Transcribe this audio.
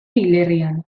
hilerrian